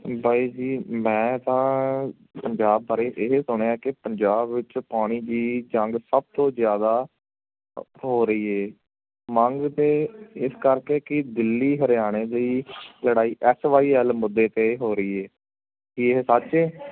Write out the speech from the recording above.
ਬਾਈ ਜੀ ਮੈਂ ਤਾਂ ਪੰਜਾਬ ਬਾਰੇ ਇਹ ਸੁਣਿਆ ਕਿ ਪੰਜਾਬ ਵਿੱਚ ਪਾਣੀ ਦੀ ਜੰਗ ਸਭ ਤੋਂ ਜ਼ਿਆਦਾ ਹੋ ਰਹੀ ਹੈ ਮੰਗ ਤਾਂ ਇਸ ਕਰਕੇ ਕਿ ਦਿੱਲੀ ਹਰਿਆਣੇ ਦੀ ਲੜਾਈ ਐਸ ਵਾਈ ਐਲ ਮੁੱਦੇ 'ਤੇ ਹੋ ਰਹੀ ਹੈ ਕੀ ਇਹ ਸੱਚ ਹੈ